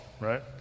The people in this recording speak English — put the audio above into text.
right